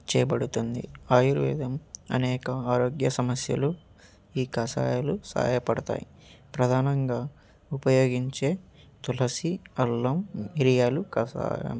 చేయబడుతుంది ఆయుర్వేదం అనేక ఆరోగ్య సమస్యలు ఈ కషాయాలు సహాయపడతాయి ప్రధానంగా ఉపయోగించే తులసి అల్లం మిరియాలు కసా